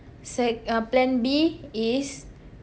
sec~ uh plan B is